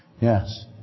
Yes